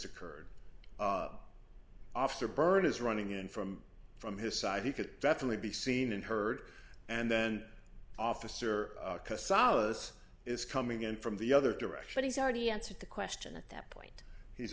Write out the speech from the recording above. occurred afterburn is running in from from his side he could definitely be seen and heard and then officer solace is coming in from the other direction he's already answered the question at that point he's